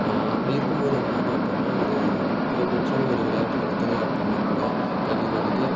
அப்படி இருக்கும்போது என்ன ஆகும் அப்புடின்னா ஒரு புகழ் பெற்ற ஒரு விளையாட்டு நடக்குது அப்புடின்னா கூட எங்களுக்கு வந்துட்டு